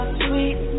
sweet